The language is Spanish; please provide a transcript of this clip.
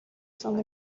son